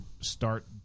start